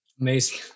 Amazing